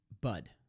bud